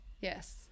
Yes